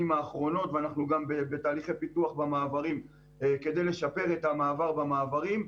האחרונות ואנחנו גם בתהליכי פיתוח במעברים כדי לשפר את המעבר במעברים.